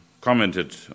commented